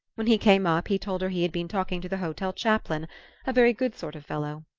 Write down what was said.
when he came up he told her he had been talking to the hotel chaplain a very good sort of fellow.